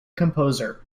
composer